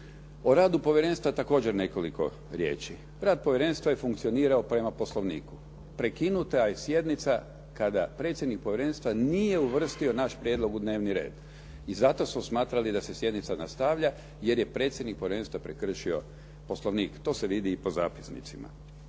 O radu povjerenstva također nekoliko riječi. Rad povjerenstva je funkcionirao prema Poslovniku. Prekinuta je sjednica kada predsjednik povjerenstva nije uvrstio naš prijedlog u dnevni red. I zato smo smatrali da se sjednica nastavlja, jer je predsjednik povjerenstva prekršio Poslovnik. To se vidi i po zapisnicima.